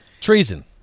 treason